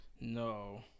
No